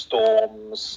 Storms